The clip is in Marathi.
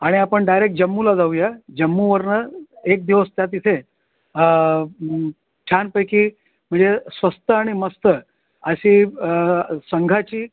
आणि आपण डायरेक्ट जम्मूला जाऊया जम्मूवरून एक दिवस त्या तिथे छानपैकी म्हणजे स्वस्त आणि मस्त अशी संघाची